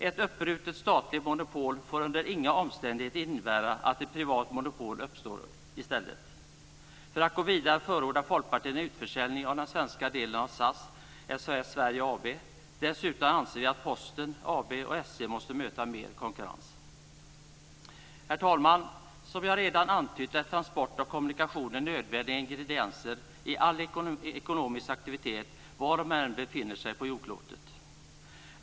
Ett uppbrutet statligt monopol får under inga omständigheter innebära att ett privat monopol i stället uppstår. För att gå vidare förordar Folkpartiet en utförsäljning av den svenska delen av SAS, SAS Sverige AB. Dessutom anser vi att Posten AB och SJ måste möta mer konkurrens. Herr talman! Som jag redan antytt är transport och kommunikation nödvändiga ingredienser i all ekonomisk aktivitet var man än befinner sig på jordklotet.